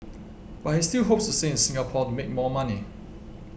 but he still hopes to stay in Singapore to make more money